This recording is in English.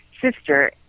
sister